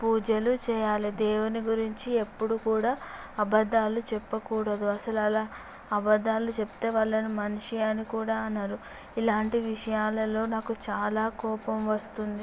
పూజలు చేయాలి దేవుని గురించి ఎప్పుడు కూడా అబద్ధాలు చెప్పకూడదు అసలు అలా అబద్ధాలు చెప్తే వాళ్ళని మనిషి అని కూడా అనరు ఇలాంటి విషయాలలో నాకు చాలా కోపం వస్తుంది